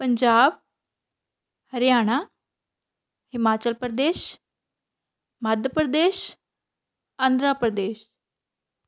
Punjab Haryana Himachal Pradesh Madhya Pradesh Andhra Pradesh